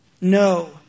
No